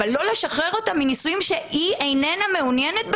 אבל לא לשחרר אותה מנישואים שהיא איננה מעוניינת בהם,